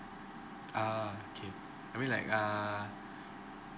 okay I mean like err